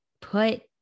put